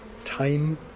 time